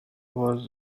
was